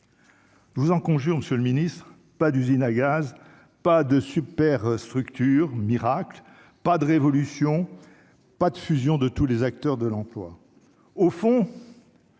Je vous en conjure, Monsieur le Ministre, pas d'usine à gaz : pas de super structure miracle, pas de révolution, pas de fusion de tous les acteurs de l'emploi au fond.